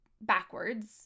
backwards